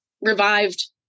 revived